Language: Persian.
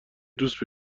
دوست